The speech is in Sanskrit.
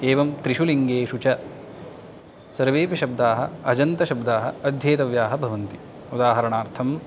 एवं त्रिषु लिङ्गेषु च सर्वेपि शब्दाः अजन्तशब्दाः अध्येतव्याः भवन्ति उदाहरणार्थम्